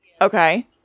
Okay